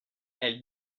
elles